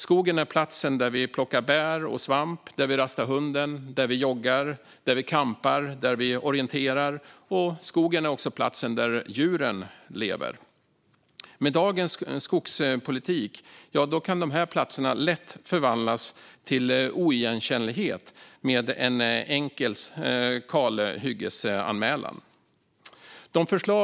Skogen är platsen där vi plockar bär och svamp, där vi rastar hunden, där vi joggar, där vi campar och där vi orienterar. Skogen är också platsen där djuren lever. Med dagens skogspolitik kan dessa platser lätt förvandlas till oigenkännlighet med en enkel kalhyggesanmälan. Fru talman!